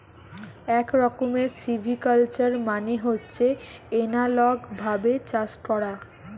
এক রকমের সিভিকালচার মানে হচ্ছে এনালগ ভাবে চাষ করা